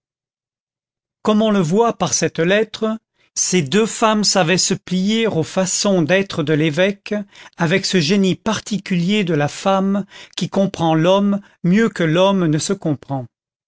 comme on le voit par cette lettre ces deux femmes savaient se plier aux façons d'être de l'évêque avec ce génie particulier de la femme qui comprend l'homme mieux que l'homme ne se comprend